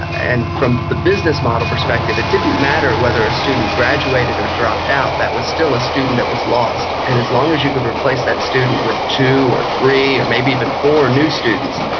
and from the business model perspective it didn't matter whether a student graduated or dropped out, that was still a student that was lost, and as long as you could replace that student with two or three or maybe even four new students,